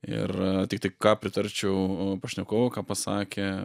ir tik tai ką pritarčiau pašnekovų ką pasakė